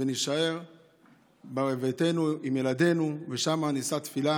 ונישאר בביתנו עם ילדינו, ושם נישא תפילה